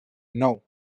nou